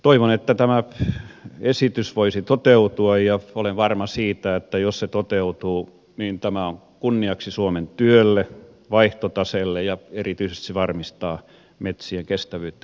toivon että tämä esitys voisi toteutua ja olen varma siitä että jos se toteutuu niin tämä on kunniaksi suomen työlle ja vaihtotaseelle ja erityisesti se varmistaa metsien kestävyyttä ja terveyttä